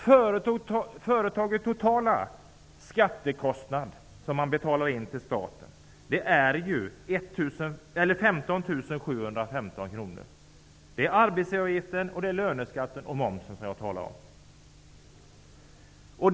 Företagets totala skattekostnad som betalas in till staten är 15 715 kr. Jag talar då om arbetsgivaravgiften, löneskatten och momsen.